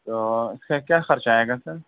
اور کیا کیا خرچ آئے گا سر